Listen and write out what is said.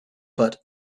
but